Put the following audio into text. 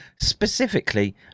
specifically